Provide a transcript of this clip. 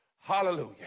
Hallelujah